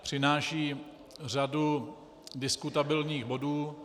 Přináší řadu diskutabilních bodů.